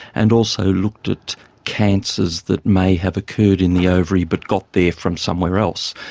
and also looked at cancers that may have occurred in the ovary but got there from somewhere else.